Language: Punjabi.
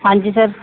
ਹਾਂਜੀ ਸਰ